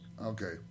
Okay